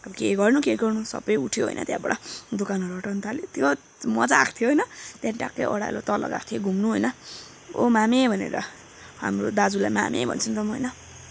अब के गर्नु गर्नु सबै उठ्यो होइन त्यहाँबाट दोकानहरू हटाउन थाल्यो त्यो मज्जा आएको थियो होइन त्यहाँदेखि टक्कै ओह्रालो तल गएको थियो घुम्नु होइन ओ मामे भनेर हाम्रो दाजुलाई मामे भन्छु नि त म होइन